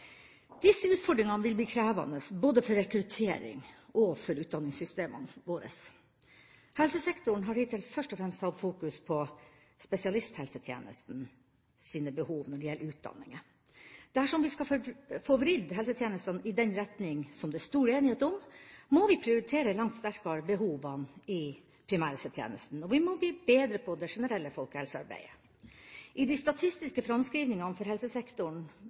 Disse utfordringene vil bli krevende både for rekruttering og for utdanningssystemene våre. Helsesektoren har hittil først og fremst hatt fokus på spesialisthelsetjenestens behov når det gjelder utdanninga. Dersom vi skal få vridd helsetjenestene i den retning, som det er stor enighet om, må vi prioritere langt sterkere behovene i primærhelsetjenesten, og vi må bli bedre på det generelle folkehelsearbeidet. I de statistiske framskrivningene for helsesektoren